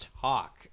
talk